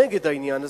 נגד העניין הזה,